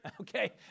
okay